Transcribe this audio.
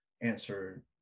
answer